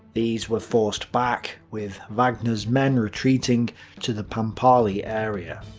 these were forced back, with wagner's men retreating to the pampali area.